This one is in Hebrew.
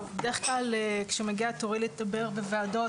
בדרך כלל כשמגיע תורי לדבר בוועדות,